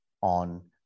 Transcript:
on